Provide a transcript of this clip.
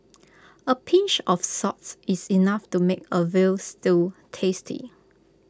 A pinch of salts is enough to make A Veal Stew tasty